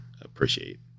appreciate